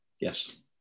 yes